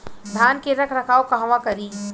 धान के रख रखाव कहवा करी?